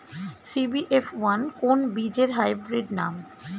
CBF one কোন বীজের hybrid নাম?